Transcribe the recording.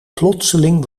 plotseling